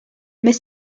mais